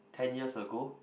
ten years ago